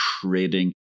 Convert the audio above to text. trading